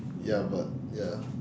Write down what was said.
ya but ya